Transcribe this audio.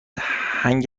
هنگ